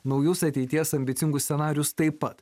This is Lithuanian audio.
naujus ateities ambicingus scenarijus taip pat